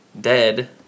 dead